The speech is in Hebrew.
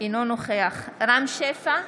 אינו נוכח רם שפע,